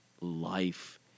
life